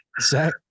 Zach